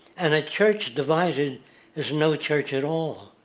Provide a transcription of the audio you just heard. and a church divided is no church at all.